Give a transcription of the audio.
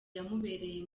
yamubereye